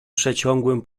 przeciągłym